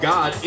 God